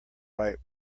right